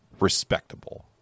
Respectable